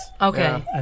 Okay